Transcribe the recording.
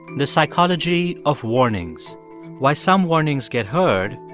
the psychology of warnings why some warnings get heard,